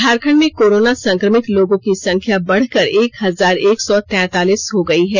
झारखंड में कोरोना संक्रमित लोगों की संख्या बढ़कर एक हजार एक सौ तैंतालीस हो गई है